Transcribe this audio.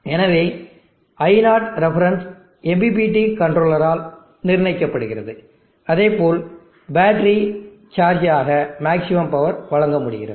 எனவே reference i0ref MPPT கண்ட்ரோலரால் நிர்ணயிக்கப்படுகிறது அதேபோல் பேட்டரி சார்ஜ்காக மேக்ஸிமம் பவர் வழங்க முடிகிறது